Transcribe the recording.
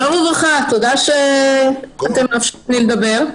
זה אומנם לא משהו שאנחנו מציעים להכניס אותו לתוך